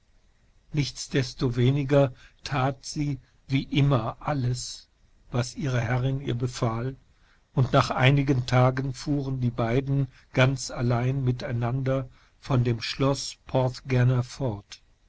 nichtsdestoweniger tat sie wie immer alles was ihre herrin ihr befahl und nach einigen tagen fuhren die beiden ganz allein miteinander von dem schloß porthgenna fort